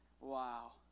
Wow